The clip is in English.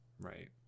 Right